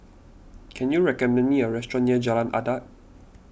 can you recommend me a restaurant near Jalan Adat